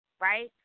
right